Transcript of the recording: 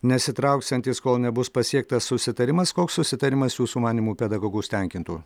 nesitrauksiantys kol nebus pasiektas susitarimas koks susitarimas jūsų manymu pedagogus tenkintų